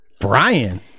brian